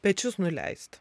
pečius nuleist